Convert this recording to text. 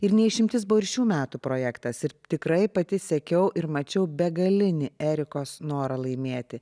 ir ne išimtis buvo ir šių metų projektas ir tikrai pati sekiau ir mačiau begalinį erikos norą laimėti